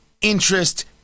interest